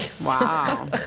Wow